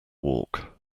walk